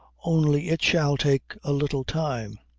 only it shall take a little time.